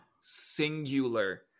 singular